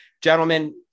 gentlemen